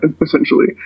essentially